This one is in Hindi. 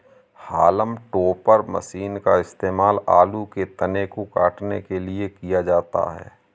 हॉलम टोपर मशीन का इस्तेमाल आलू के तने को काटने के लिए किया जाता है